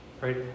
right